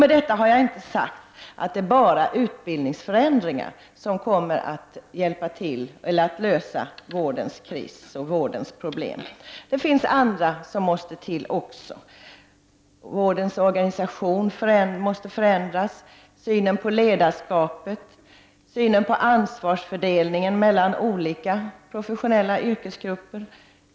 Med detta har jag inte sagt att det endast är förändringar i fråga om utbild ningarna som kommer att lösa vårdens kris och problem. Det är även andra insatser som måste till. Vårdens organisation måste förändras liksom synen på ledarskapet och synen på ansvarsfördelningen mellan olika professionella yrkesgrupper.